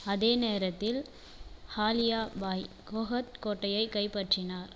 அதே நேரத்தில் ஆலியா பாய் கோஹத் கோட்டையைக் கைப்பற்றினார்